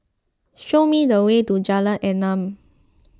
show me the way to Jalan Enam